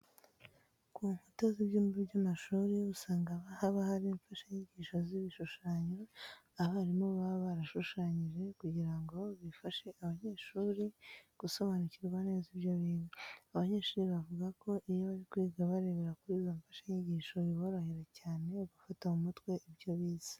Ku nkuta z'ibyumba by'amashuri usanga haba hari imfashanyigisho z'ibishushanyo abarimu baba barashushanyije kugira ngo bifashe abanyeshuri gusobanukirwa neza ibyo biga. Abanyeshuri bavuga ko iyo bari kwiga barebera kuri izo mfashanyigisho biborohera cyane gufata mu mutwe ibyo bize.